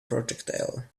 projectile